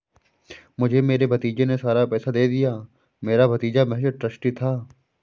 मुझे मेरे भतीजे ने सारा पैसा दे दिया, मेरा भतीजा महज़ ट्रस्टी था